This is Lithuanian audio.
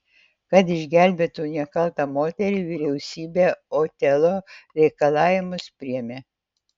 kad išgelbėtų nekaltą moterį vyriausybė otelo reikalavimus priėmė